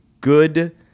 good